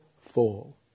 fall